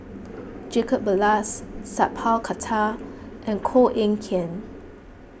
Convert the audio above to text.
Jacob Ballas Sat Pal Khattar and Koh Eng Kian